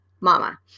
Mama